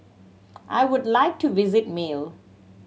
I would like to visit Male